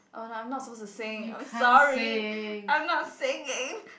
oh no I not supposed to sing I'm sorry I'm not singing